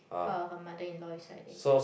her her mother in law is like this